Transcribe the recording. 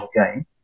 again